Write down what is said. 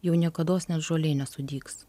jau niekados net žolė nesudygs